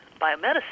biomedicine